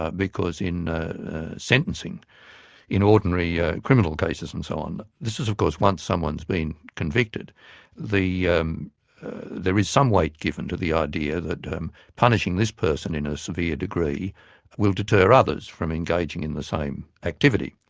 ah because in sentencing in ordinary criminal cases and so on this is of course once someone's been convicted um there is some weight given to the idea that punishing this person in a severe degree will deter others from engaging in the same activity.